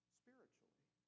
spiritually